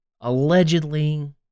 Allegedly